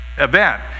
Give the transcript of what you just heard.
Event